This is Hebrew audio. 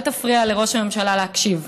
אל תפריע לראש הממשלה להקשיב.